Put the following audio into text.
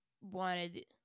wanted